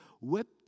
wept